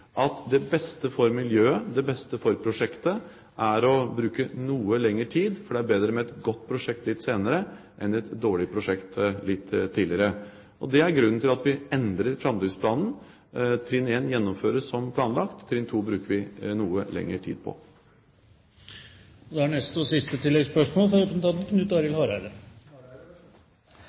at det beste for miljøet, det beste for prosjektet, er å bruke noe lengre tid, for det er bedre med et godt prosjekt litt senere enn et dårlig prosjekt litt tidligere. Det er grunnen til at vi endrer framdriftplanen. Trinn 1 gjennomføres som planlagt, trinn 2 bruker vi noe lengre tid på. Knut Arild Hareide – til oppfølgingsspørsmål. Det blir mi glede å få lov til å oppsummere denne debatten, ein debatt som har